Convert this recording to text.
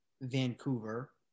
Vancouver